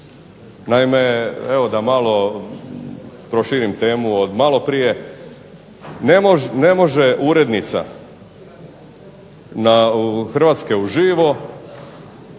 Naime, evo da malo proširim temu od maloprije. Ne može urednica Hrvatske uživo,